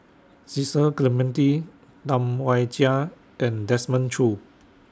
Cecil Clementi Tam Wai Jia and Desmond Choo